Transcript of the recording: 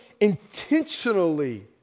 intentionally